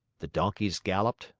the donkeys galloped,